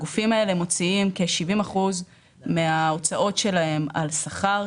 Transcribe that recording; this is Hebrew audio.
הגופים האלה מוציאים כ-70 אחוזים מההוצאות שלהם על שכר,